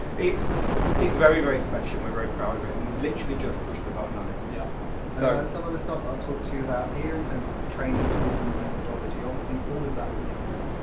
it's it's very very special we're very proud of it and we've literally just pushed the button on it. yeah so some of the stuff that i've talked to you about here in terms of the training tools and the methodology, obviously all of that is in there,